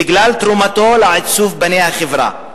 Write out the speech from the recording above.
בגלל תרומתו לעיצוב פני החברה.